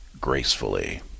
gracefully